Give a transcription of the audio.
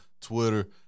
Twitter